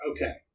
Okay